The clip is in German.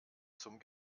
zum